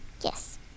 yes